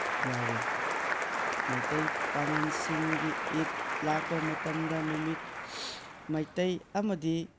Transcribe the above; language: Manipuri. ꯌꯥꯎꯏ ꯃꯩꯇꯩ ꯄꯥꯡꯒꯜꯁꯤꯡꯒꯤ ꯏꯇ ꯂꯥꯛꯄ ꯃꯇꯝꯗ ꯅꯨꯃꯤꯠ ꯃꯩꯇꯩ ꯑꯃꯗꯤ